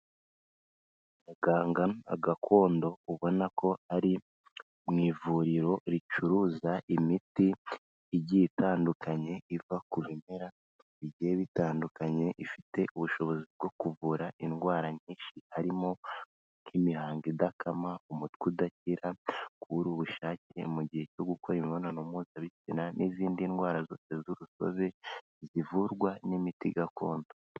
Umuganga gakondo ubona ko ari mu ivuriro ricuruza imiti igiye itandukanye iva ku bimera bigiye bitandukanye ifite ubushobozi bwo kuvura indwara nyinshi harimo: Nk'imihango idakama, umutwe udakira, kubura ubushake mu gihe cyo gukora imibonano mpuzabitsina n'izindi ndwara zose z'urusobe zivurwa n'imiti gakondo.